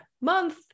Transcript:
month